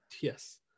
Yes